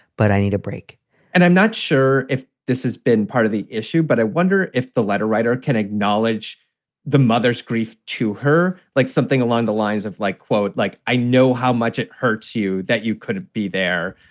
but i need a break and i'm not sure if this has been part of the issue, but i wonder if the letter writer can acknowledge the mother's grief to her like something along the lines of like, quote, like, i know how much it hurts you that you couldn't be there.